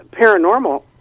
paranormal